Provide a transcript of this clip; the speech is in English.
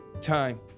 Time